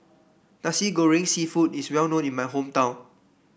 Nasi Goreng seafood is well known in my hometown